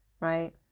right